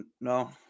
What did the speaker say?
No